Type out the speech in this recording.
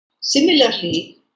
Similarly